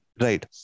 Right